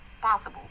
Possible